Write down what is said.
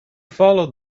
followed